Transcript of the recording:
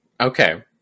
Okay